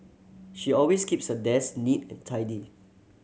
she always keeps her desk neat and tidy